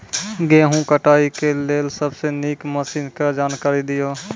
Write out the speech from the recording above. गेहूँ कटाई के लेल सबसे नीक मसीनऽक जानकारी दियो?